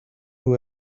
who